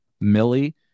Millie